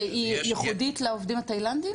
והיא ייחודית לעובדים התאילנדים?